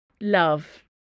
Love